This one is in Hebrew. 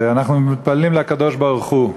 ואנחנו מתפללים לקדוש-ברוך-הוא: